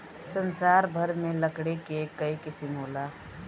संसार भर में लकड़ी के कई किसिम होला